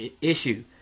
issue